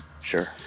Sure